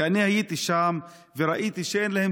כי אני הייתי שם וראיתי שאין להם